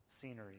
scenery